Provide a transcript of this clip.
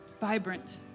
vibrant